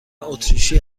اتریشی